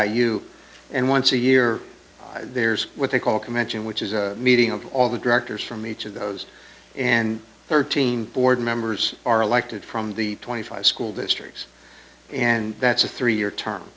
you and once a year there's what they call convention which is a meeting of all the directors from each of those and thirteen board members are elected from the twenty five school districts and that's a three year term